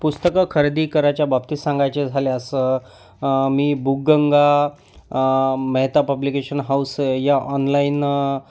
पुस्तकं खरेदी करायच्या बाबतीत सांगायचे झाल्यास मी बुकगंगा मेहता पब्लिकेशन हाऊस या ऑनलाईन